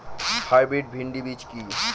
Hybrid ভীন্ডি বীজ কি?